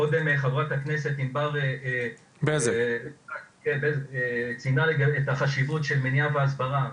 קודם חברת הכנסת ענבר בזק ציינה את החשיבות של מניעה והסברה.